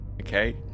Okay